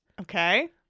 Okay